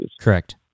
correct